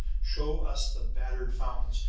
show us the battered fountains,